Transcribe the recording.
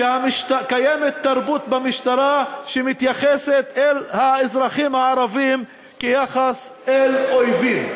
שקיימת תרבות במשטרה שמתייחסת אל האזרחים הערבים כאל אויבים.